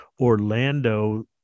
Orlando